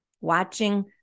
Watching